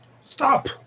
Stop